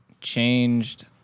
changed